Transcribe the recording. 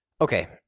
okay